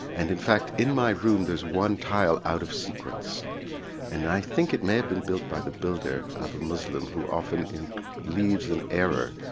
and in fact in my room there's one tile out of sequence and i think it may have been built by the builder of a muslim who often leaves an error,